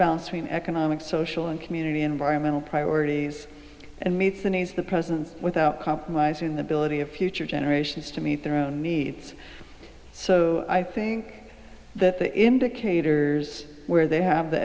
balance between economic social and community environmental priorities and meets the needs of the present without compromising the billet of future generations to meet their own needs so i think that the indicators where they have the